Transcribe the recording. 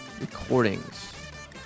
recordings